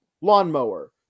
lawnmower